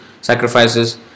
sacrifices